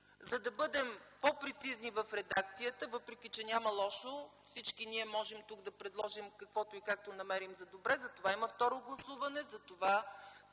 за да бъдем по-прецизни в редакцията, въпреки че няма лошо – всички ние тук можем да предложим каквото и както намерим за добре, затова има второ гласуване, затова